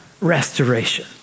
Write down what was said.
restoration